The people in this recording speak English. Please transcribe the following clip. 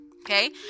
Okay